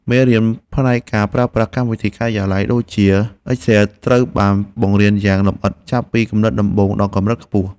មេរៀនផ្នែកការប្រើប្រាស់កម្មវិធីការិយាល័យដូចជាអ៊ិចសែលត្រូវបានបង្រៀនយ៉ាងលម្អិតចាប់ពីកម្រិតដំបូងដល់កម្រិតខ្ពស់។